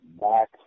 back